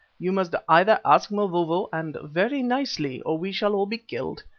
you must either ask mavovo, and very nicely, or we shall all be killed.